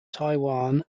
taiwan